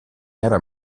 era